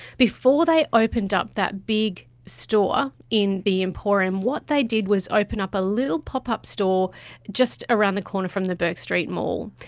before they opened up that big store in the emporium, what they did was open up a little pop-up store just around the corner from the bourke street mall.